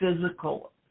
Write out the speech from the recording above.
physical